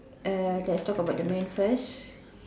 err let's talk about the man first